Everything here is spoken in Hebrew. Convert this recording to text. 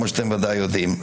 כמו שאתם ודאי יודעים,